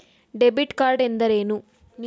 Debit card ಎಂದರೇನು?